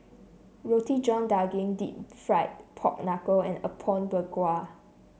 Roti John Daging deep fried Pork Knuckle and Apom Berkuah